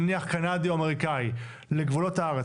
נניח קנדי או אמריקאי לגבולות הארץ,